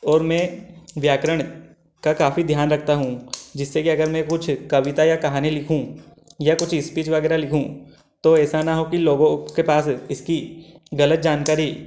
और मैं व्याकरण का काफ़ी ध्यान रखता हूँ जिससे कि अगर मैं कुछ कविता या कहानी लिखूँ या कुछ स्पीच वगैरह लिखूँ तो ऐसा ना हो कि लोगों के पास इसकी गलत जानकारी